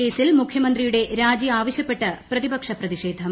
കേസിൽ മുഖ്യമന്ത്രിയുടെ രാജി ആവശ്യപ്പെട്ട് പ്രതിപക്ഷപ്രതിഷേധം